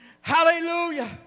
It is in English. Hallelujah